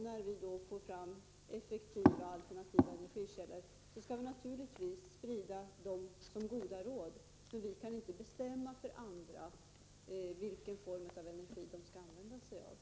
När vi har fått fram effektiva och alternativa energikällor kan vi naturligtvis sprida goda råd, men vi kan inte bestämma vilken form av energi andra länder skall använda sig av.